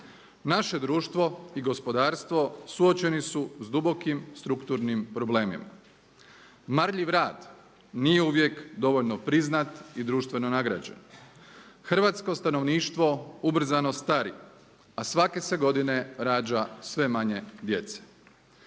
Naše društvo i gospodarstvo suočeni su s dubokim strukturnim problemima. Marljiv rad nije uvijek dovoljno priznat i društveno nagrađen. Hrvatsko stanovništvo ubrzano stari, a svake se godine rađa sve manje djece.